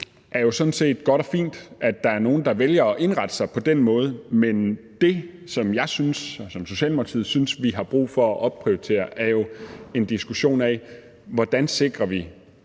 Det er jo sådan set godt og fint, at der er nogle, der vælger at indrette sig på den måde, men det, som jeg og Socialdemokratiet synes vi har brug for at opprioritere, er jo en diskussion af, hvordan vi sikrer en